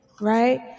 Right